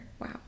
Wow